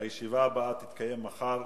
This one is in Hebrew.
הישיבה הבאה תתקיים מחר,